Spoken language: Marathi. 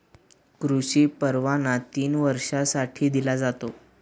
कृषी परवाना तीन वर्षांसाठी दिला जातो